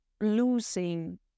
losing